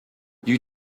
you